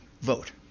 vote